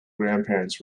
grandparents